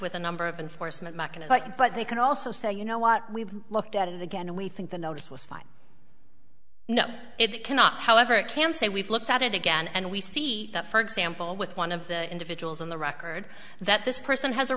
with a number of enforcement mechanism but they can also say you know what we've looked at it again and we think the notice was fine you know it cannot however it can say we've looked at it again and we see that for example with one of the individuals on the record that this person has a